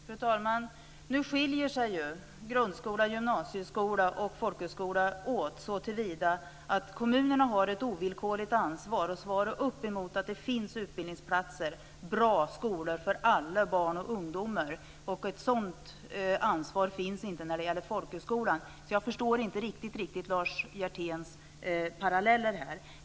Fru talman! Nu skiljer sig ju grundskola, gymnasieskola och folkhögskola åt såtillvida att kommunerna har ett ovillkorligt ansvar att svara för att det finns utbildningsplatser, bra skolor, för alla barn och ungdomar. Ett sådant ansvar finns inte när det gäller folkhögskolan. Så jag förstår inte riktigt Lars Hjerténs paralleller.